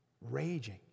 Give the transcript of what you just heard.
Raging